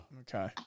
Okay